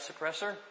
suppressor